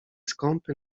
skąpy